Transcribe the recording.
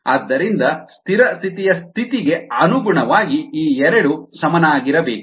ಆದ್ದರಿಂದ ಸ್ಥಿರ ಸ್ಥಿತಿಯ ಸ್ಥಿತಿಗೆ ಅನುಗುಣವಾಗಿ ಈ ಎರಡು ಸಮಾನವಾಗಿರಬೇಕು